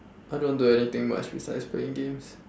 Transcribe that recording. I don't do anything much besides playing games